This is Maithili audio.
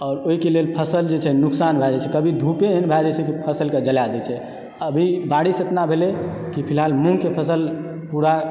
आओर ओहिके लेल फसल जे छै नुकसान भए जाइ छै कभी धूपे एहन भए जाइ छै कि फसलके जलै दय छै अभी बारिस एतना भेलय कि फिलहाल मूँगके फसल पूरा